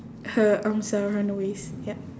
her arms are on her waist ya